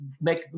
make